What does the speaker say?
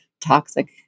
toxic